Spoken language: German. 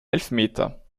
elfmeter